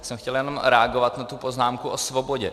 Já jsem chtěl jenom reagovat na tu poznámku o svobodě.